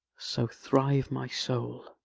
so thrive my soul